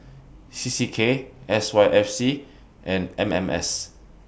C C K S Y F C and M M S